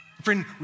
Friend